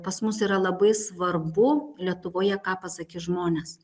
pas mus yra labai svarbu lietuvoje ką pasakys žmonės